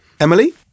Emily